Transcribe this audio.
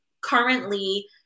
currently